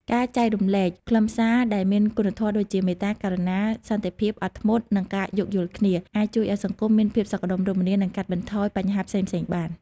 ការចែករំលែកខ្លឹមសារដែលមានគុណធម៌ដូចជា មេត្តា ករុណា សន្តិភាព អត់ធ្មត់ និងការយោគយល់គ្នា អាចជួយឱ្យសង្គមមានភាពសុខដុមរមនា និងកាត់បន្ថយបញ្ហាផ្សេងៗបាន។